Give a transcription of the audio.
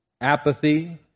apathy